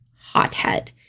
hothead